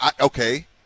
Okay